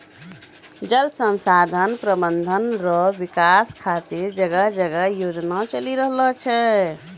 जल संसाधन प्रबंधन रो विकास खातीर जगह जगह योजना चलि रहलो छै